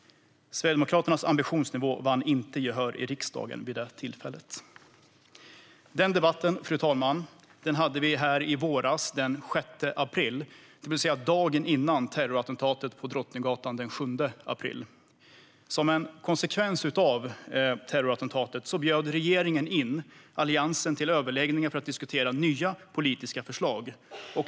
Sverigedemokraternas ambitionsnivå vann inte gehör i riksdagen vid det tillfället. Fru talman! Den debatten hade vi den 6 april i våras, alltså dagen före terrorattentatet på Drottninggatan. Som en konsekvens av terrorattentatet bjöd regeringen in Alliansen till överläggningar för att diskutera nya politiska förslag.